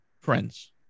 friends